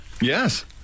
yes